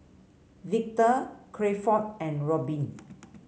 Victor Crawford and Robin